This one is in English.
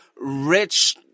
rich